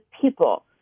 people